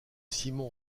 simon